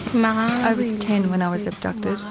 i was ten when i was abducted.